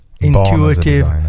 intuitive